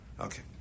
Okay